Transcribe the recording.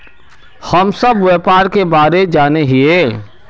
हम सब व्यापार के बारे जाने हिये?